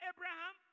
Abraham